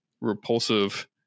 repulsive